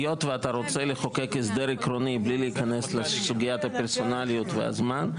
היות שאתה רוצה לחוקק הסדר עקרוני בלי להיכנס לסוגיית הפרסונליות והזמן,